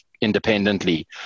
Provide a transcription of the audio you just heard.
independently